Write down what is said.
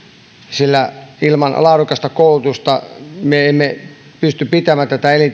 sillä ilman laadukasta koulutusta me emme pysty pitämään tätä